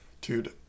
Dude